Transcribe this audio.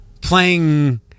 playing